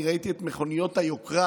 ראיתי את מכוניות היוקרה